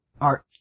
art